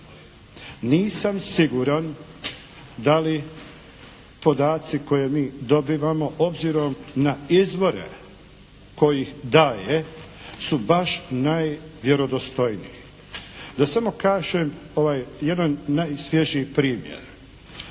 Nisam siguran da li podaci koje mi dobivamo obzirom na izvore tko ih daje su baš najvjerodostojniji. Da samo kažem ovaj jedan najsvježiji primjer.